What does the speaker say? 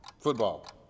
Football